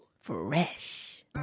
Fresh